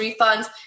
refunds